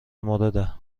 مورد